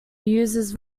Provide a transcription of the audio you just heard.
uses